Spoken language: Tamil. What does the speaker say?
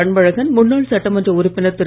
அன்பழகன் முன்னாள் சட்டமன்ற உறுப்பினர் திரு